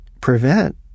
prevent